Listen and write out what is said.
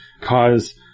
cause